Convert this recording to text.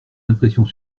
impressions